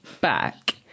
back